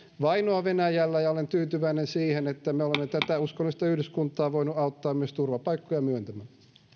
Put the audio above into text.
vainoa venäjällä ja olen tyytyväinen siihen että me olemme tätä uskonnollista yhdyskuntaa voineet auttaa myös turvapaikkoja myöntämällä